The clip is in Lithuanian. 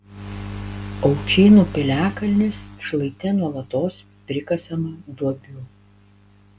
aučynų piliakalnis šlaite nuolatos prikasama duobių